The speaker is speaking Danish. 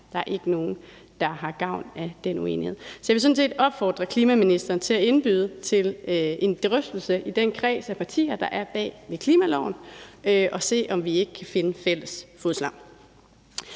Der er ikke nogen, der har gavn af den uenighed. Så jeg vil sådan set opfordre klimaministeren til at indbyde til en drøftelse i den kreds af partier, der er bag klimaloven, så vi kan se, om vi ikke kan finde fælles fodslag.